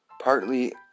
Partly